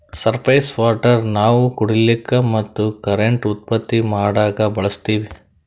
surface water ನಾವ್ ಕುಡಿಲಿಕ್ಕ ಮತ್ತ್ ಕರೆಂಟ್ ಉತ್ಪತ್ತಿ ಮಾಡಕ್ಕಾ ಬಳಸ್ತೀವಿ